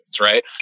right